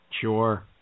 Sure